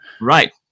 Right